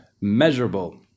measurable